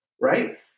right